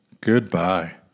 Goodbye